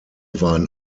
waren